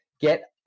Get